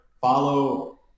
follow